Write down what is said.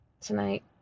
Tonight